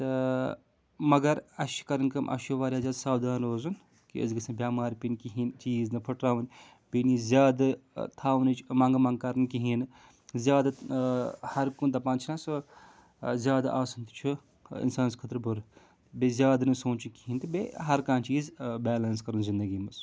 تہٕ مگر اَسہِ چھِ کَرٕنۍ کٲم اَسہِ چھُ واریاہ زیادٕ ساودھان روزُن کہِ أسۍ گٔژھۍ نہٕ بٮ۪مار پیٚنۍ کِہیٖنۍ چیٖز نہٕ پھٕٹراوٕنۍ بیٚیہِ نہٕ یہِ زیادٕ تھاونٕچ منٛگہٕ مَننٛگ کَرٕنۍ کِہیٖنۍ نہٕ زیادٕ ہَر کُن دَپان چھِنہ سۄ زیادٕ آسان تہِ چھُ اِنسانَس خٲطرٕ بُرٕ بیٚیہِ زیادٕ نہٕ سونٛچُن کِہیٖنۍ تہٕ بیٚیہِ ہَر کانٛہہ چیٖز بیلَنٕس کَرُن زندگی منٛز